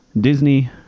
Disney